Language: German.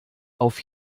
auf